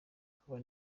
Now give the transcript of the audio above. kuba